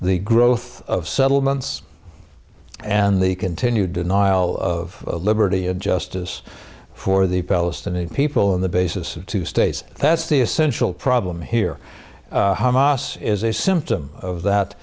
the growth of settlements and the continued denial of liberty and justice for the palestinian people on the basis of two states that's the essential problem here hamas is a symptom of that